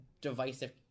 divisive